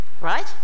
right